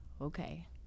okay